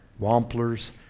Wamplers